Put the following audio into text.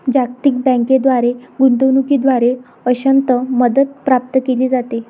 जागतिक बँकेद्वारे गुंतवणूकीद्वारे अंशतः मदत प्राप्त केली जाते